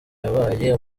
yabaye